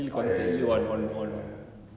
ah ya ya ya ya ya ya ya ya